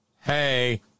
Hey